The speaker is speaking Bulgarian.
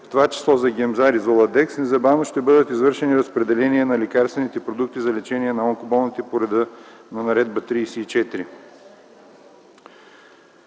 в това число за Гемзар и Золатекс, незабавно ще бъдат извършени разпределения на лекарствените продукти за лечение на онкоболните по реда на Наредба № 34.